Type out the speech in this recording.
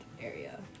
area